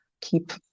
keep